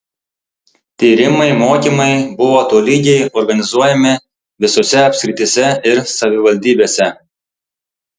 tyrimai mokymai buvo tolygiai organizuojami visose apskrityse ir savivaldybėse